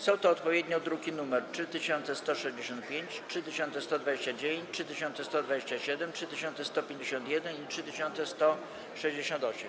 Są to odpowiednio druki nr 3165, 3129, 3127, 3151 i 3168.